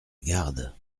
garde